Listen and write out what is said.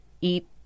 eat